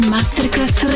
Masterclass